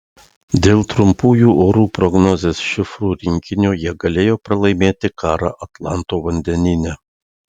dėl trumpųjų orų prognozės šifrų rinkinio jie galėjo pralaimėti karą atlanto vandenyne